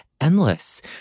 endless